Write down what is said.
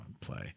play